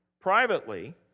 privately